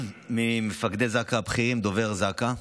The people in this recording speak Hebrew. ממפקדי זק"א הבכירים, דובר זק"א,